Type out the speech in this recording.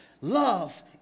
Love